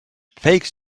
fake